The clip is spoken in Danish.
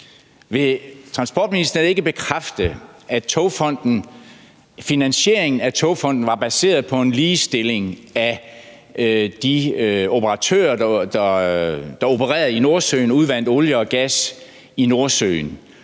Vil transportministeren ikke bekræfte, at finansieringen af Togfonden DK var baseret på en ligestilling af de operatører, der opererede i Nordsøen og udvandt olie og gas i Nordsøen,